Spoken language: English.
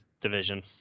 division